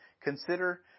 consider